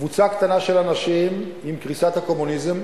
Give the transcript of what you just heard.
קבוצה קטנה של אנשים, עם קריסת הקומוניזם,